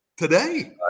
Today